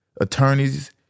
attorneys